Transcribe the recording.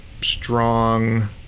strong